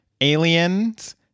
Aliens